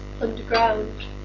underground